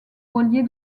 voilier